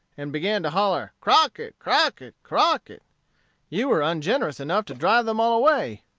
and began to holler crockett, crockett, crockett you were ungenerous enough to drive them all away.